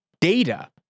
data